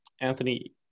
Anthony